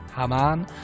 Haman